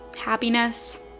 happiness